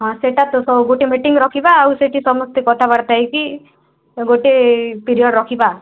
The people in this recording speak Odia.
ହଁ ସେଇଟା ତ ଗୋଟିଏ ମିଟିଂ ରଖିବା ଆଉ ସେଠି ସମସ୍ତେ କଥାବାର୍ତ୍ତା ହେଇକି ଗୋଟିଏ ପିରିଅଡ଼ ରଖିବା